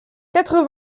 quatre